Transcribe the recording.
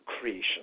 creation